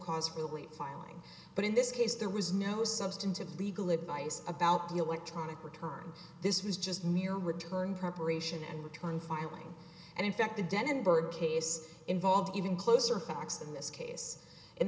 cause really filing but in this case there was no substantive legal advice about the electronic return this was just mere return preparation and return firing and in fact the denon bird case involved even closer facts in this case in